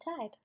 tide